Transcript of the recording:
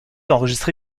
enregistré